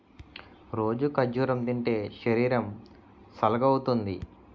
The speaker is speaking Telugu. రోజూ ఖర్జూరం తింటే శరీరం సల్గవుతుంది